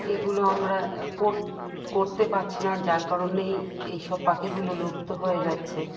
এগুলো আমরা করতে পারছি না যার কারণেই এই সব পাখিগুলো লুপ্ত হয়ে যাচ্ছে